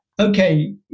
okay